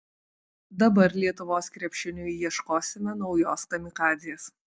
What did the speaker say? dabar lietuvos krepšiniui ieškosime naujos kamikadzės